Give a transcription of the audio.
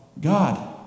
God